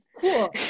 cool